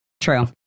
true